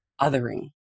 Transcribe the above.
othering